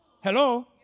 Hello